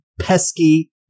pesky